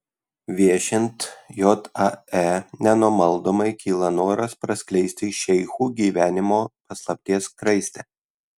viešint jae nenumaldomai kyla noras praskleisti šeichų gyvenimo paslapties skraistę